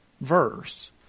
verse